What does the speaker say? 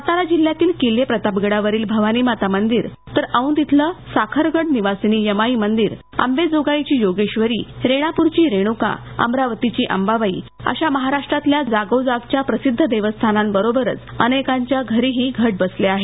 सातारा जिल्ह्यातील किल्ले प्रतापगडावरील भवानी माता मंदिर औंध खलं साखरगड निवासिनी यमाई मंदीर अंबेजोगाईची योगेश्वरी रेणापूरची रेणुका अमरावतीची अंबाबाई अशा महाराष्ट्रातल्या जागोजागच्या प्रसिद्ध देवस्थानांबरोबरच अनेकांच्या घरीही घट बसले आहेत